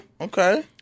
Okay